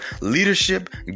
leadership